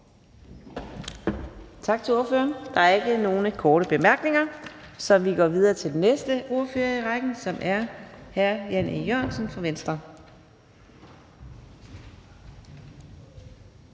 Tak til ordføreren. Der er ikke nogen korte bemærkninger, så vi går videre til den næste ordfører i rækken, som er hr. Jan E. Jørgensen fra Venstre.